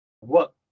work